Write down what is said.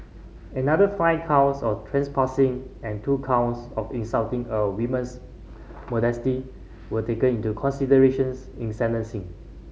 another five counts of trespassing and two counts of insulting a women's modesty were taken into considerations in sentencing